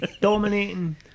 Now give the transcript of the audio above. Dominating